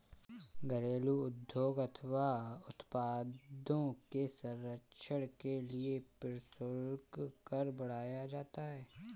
घरेलू उद्योग अथवा उत्पादों के संरक्षण के लिए प्रशुल्क कर बढ़ाया जाता है